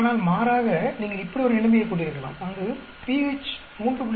ஆனால் மாறாக நீங்கள் இப்படி ஒரு நிலைமையை கொண்டிருக்கலாம் அங்கு pH 3